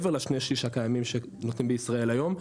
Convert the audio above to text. מעבר לשני שליש הקיימים שלומדים בישראל היום,